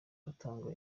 aratanga